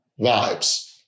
vibes